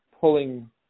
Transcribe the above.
pulling